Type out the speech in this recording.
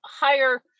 higher